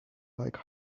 like